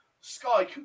Sky